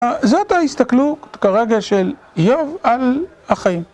זאת ההסתכלות כרגע של איוב על החיים.